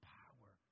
power